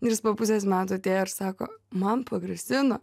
ir jis po pusės metų atėjo ir sako man pagrasino